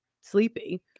sleepy